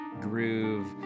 groove